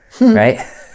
Right